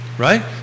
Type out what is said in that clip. Right